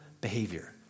behavior